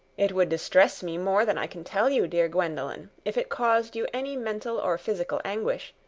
it would distress me more than i can tell you, dear gwendolen, if it caused you any mental or physical anguish,